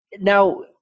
Now